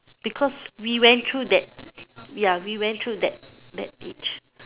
because we went through that ya we went through that that age